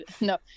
no